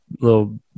little